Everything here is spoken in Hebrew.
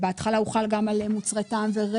דנו אז באיך